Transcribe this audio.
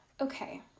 okay